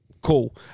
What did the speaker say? cool